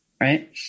right